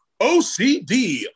OCD